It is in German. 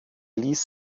ließ